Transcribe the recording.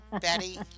Betty